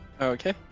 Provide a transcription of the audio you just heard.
Okay